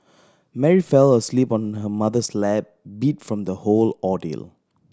Mary fell asleep on her mother's lap beat from the whole ordeal